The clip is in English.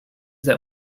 that